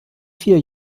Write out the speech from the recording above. vier